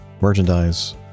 merchandise